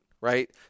right